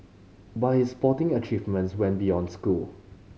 but his sporting achievements went beyond school